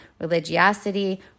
religiosity